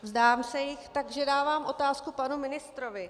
Vzdám se jich, takže dávám otázku panu ministrovi.